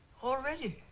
already?